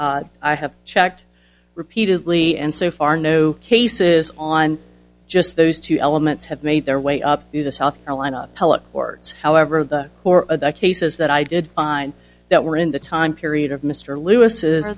i have checked repeatedly and so far no cases on just those two elements have made their way up through the south carolina appellate courts however the core of the cases that i did find that were in the time period of mr lewis's